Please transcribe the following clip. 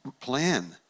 plan